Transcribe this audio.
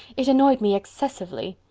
it annoyed me excessively.